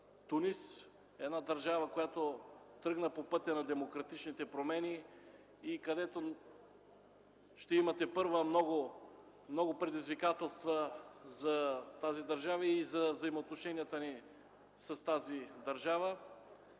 Тунис – държава, която тръгна по пътя на демократичните промени, и където тепърва ще има много предизвикателства за тази държава и за взаимоотношенията ни с нея.